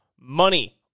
money